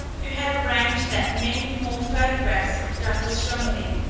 who had arranged that many more photographs of douglas romilly,